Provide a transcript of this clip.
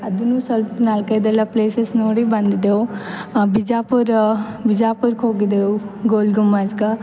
ಅದನ್ನು ಸ್ವಲ್ಪ್ ನಾಲ್ಕೈದೆಲ್ಲ ಪ್ಲೇಸಸ್ ನೋಡಿ ಬಂದಿದ್ದೆವು ಬಿಜಾಪುರ ಬಿಜಾಪುರ್ಕ ಹೋಗಿದ್ದೆವು ಗೋಲ್ಗುಂಬಜ್ಗ